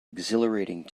exhilarating